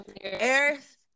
Eris